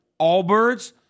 Allbirds